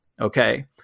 okay